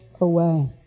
away